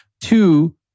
Two